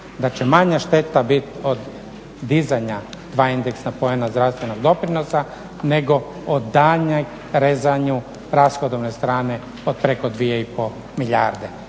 da će manja šteta biti od dizanja dva indeksna poena zdravstvenog doprinosa nego od daljnjoj rezanju rashodovne strane od preko 2,5 milijarde